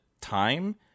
time